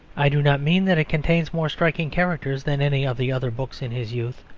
i do not mean that it contains more striking characters than any of the other books in his youth.